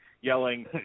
yelling